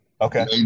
Okay